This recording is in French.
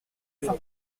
huit